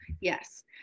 Yes